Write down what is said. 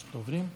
את יכולה לוותר.